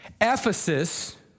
Ephesus